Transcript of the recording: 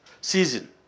season